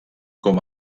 com